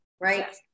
right